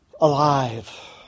alive